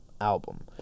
album